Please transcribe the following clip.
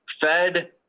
fed